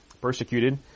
persecuted